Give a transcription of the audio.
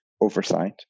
oversight